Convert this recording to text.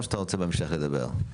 או שאתה רוצה לדבר בהמשך?